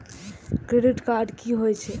Credit card की होई छै?